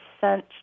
sent